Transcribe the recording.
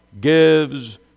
gives